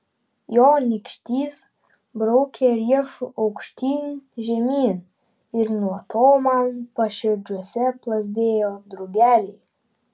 jo nykštys braukė riešu aukštyn žemyn ir nuo to man paširdžiuose plazdėjo drugeliai